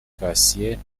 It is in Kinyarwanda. cassien